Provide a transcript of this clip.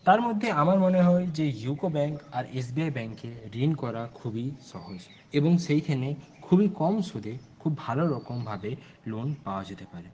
তারমধ্যে আমার মনে হই যে ইউকো ব্যাংক আর এস বি আই ব্যাংকে ঋণ করা খুবই সহজ এবং সেইখানে খুব কম সুদে খুব ভালো রকম ভাবে লোন পাওয়া যেতে পারে